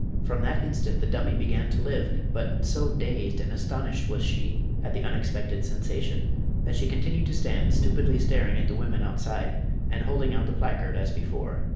from that instant the dummy began to live, but so dazed and astonished was she at the unexpected sensation that she continued to stand stupidly staring at the women outside and holding out the placard as before.